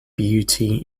beauty